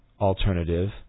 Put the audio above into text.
alternative